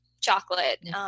chocolate